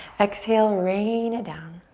exhale, rain it down.